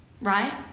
right